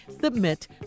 Submit